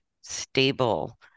stable